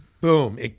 Boom